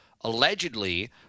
allegedly